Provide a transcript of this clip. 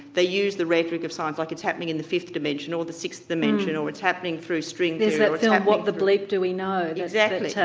they use the rhetoric of science like it's happening in the fifth dimension, or the sixth dimension. or it's happening through string theory. there's that film what the bleep do we know. exactly.